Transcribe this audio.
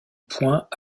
points